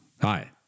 Hi